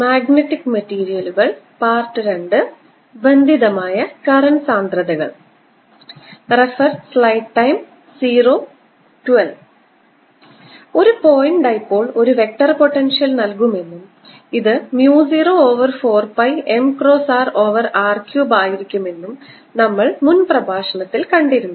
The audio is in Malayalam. മാഗ്നറ്റിക് മെറ്റീരിയലുകൾ II ബന്ധിതമായ കറൻറ് സാന്ദ്രതകൾ ഒരു പോയിന്റ് ഡൈപോൾ ഒരു വെക്റ്റർ പൊട്ടൻഷ്യൽ നൽകുമെന്നും ഇത് mu 0 over 4 pi m cross r over r cube ആയിരിക്കുമെന്നും നമ്മൾ മുൻ പ്രഭാഷണത്തിൽ കണ്ടിരുന്നു